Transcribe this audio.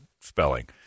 spelling